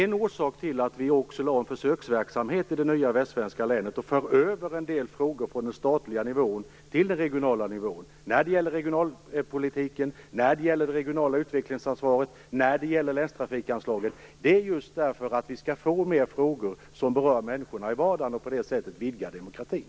En orsak till att vi förlägger en försöksverksamhet till det nya västsvenska länet där en del frågor förs över från den statliga nivån till den regionala nivån - det gäller regionalpolitiken, det regionala utvecklingsansvaret och länstrafikanslaget - är att man skall få ett större inflytande över de frågor som berör människors vardag, och på så sätt vidgar vi demokratin.